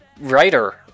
writer